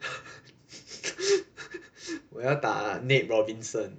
我要打 nate robinson